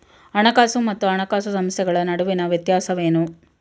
ಹಣಕಾಸು ಮತ್ತು ಹಣಕಾಸು ಸಂಸ್ಥೆಗಳ ನಡುವಿನ ವ್ಯತ್ಯಾಸವೇನು?